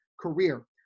career